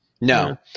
No